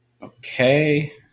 Okay